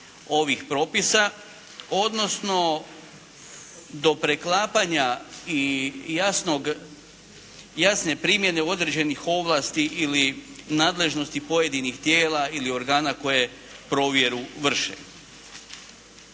ovih propisa, odnosno do preklapanja i jasne primjene određenih ovlasti ili nadležnosti pojedinih tijela ili organa koje provjeru vrše.